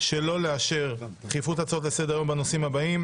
שלא לאשר דחיפות הצעות לסדר-היום בנושאים הבאים